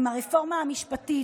עם הרפורמה המשפטית,